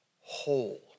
whole